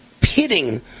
pitting